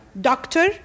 doctor